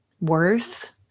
worth